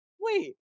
wait